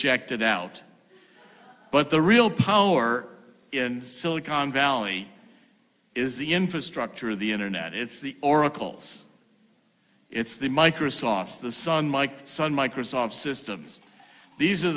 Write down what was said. checked it out but the real power in silicon valley is the infrastructure of the internet it's the oracle's it's the microsoft's the sun mike sun microsoft systems these are